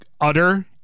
Utter